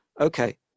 okay